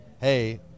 Hey